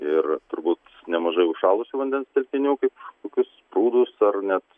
ir turbūt nemažai užšalusių vandens telkinių kaip kokius prūdus ar net